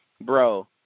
Bro